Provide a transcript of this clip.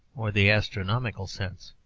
or the astronomical sense